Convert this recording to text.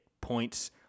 points